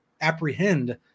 apprehend